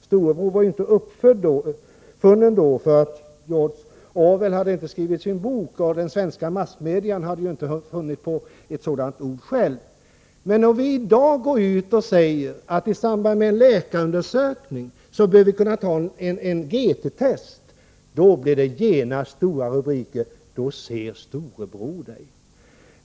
Storebror var ju inte uppfunnen då. George Orwell hade inte skrivit sin bok, och svenska massmedier hade inte funnit på ett sådant ord. Men om vi i dag går ut och säger att i samband med läkarundersökning bör vi kunna göra GT-test, då blir det genast stora rubriker — då ”ser Storebror dig”.